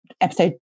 episode